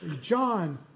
John